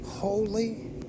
Holy